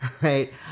right